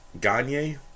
Gagne